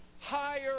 higher